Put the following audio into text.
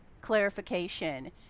clarification